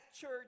church